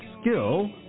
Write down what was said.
skill